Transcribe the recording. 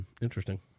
Interesting